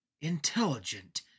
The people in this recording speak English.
intelligent